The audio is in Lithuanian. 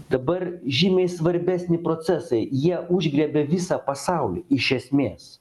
dabar žymiai svarbesni procesai jie užgriebė visą pasaulį iš esmės